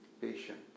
patient